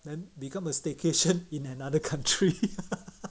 then become a staycation in another country